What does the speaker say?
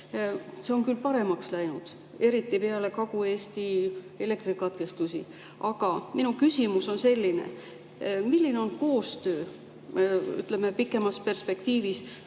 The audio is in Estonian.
See on küll paremaks läinud, eriti peale Kagu-Eesti elektrikatkestusi. Aga minu küsimus on selline. Milline on koostöö, ütleme, pikemas perspektiivis